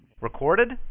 Recorded